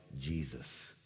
Jesus